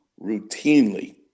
routinely